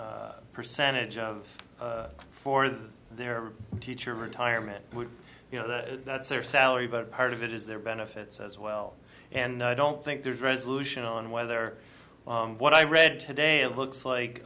higher percentage of for the their teacher retirement you know that that's their salary but part of it is their benefits as well and i don't think there's resolution on whether what i read today looks like